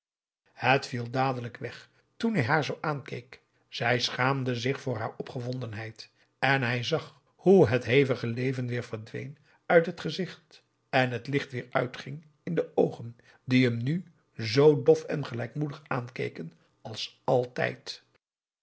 het viel dadelijk weg toen hij haar zoo aankeek zij schaamde zich voor haar opgewondenheid en hij zag hoe het hevige leven weer verdween uit het gezicht en het licht weer uitging in de oogen die hem nu zoo dof en gelijkmoedig aankeken als altijd